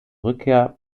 rückkehr